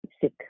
sick